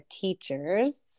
teachers